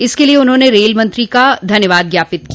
इसके लिये उन्होंने रेलमंत्री जी का धन्यवाद ज्ञापित किया